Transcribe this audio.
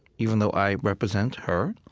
even though i represent her.